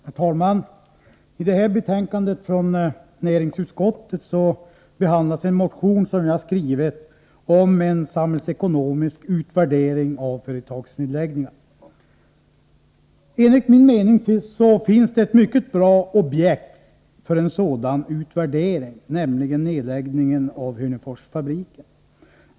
Herr talman! I det här betänkandet från näringsutskottet behandlas en motion som jag skrivit om en samhällsekonomisk utvärdering av företags nedläggningar. Enligt min mening finns det ett mycket bra objekt för en sådan utvärdering, nämligen nedläggningen av Hörneforsfabriken.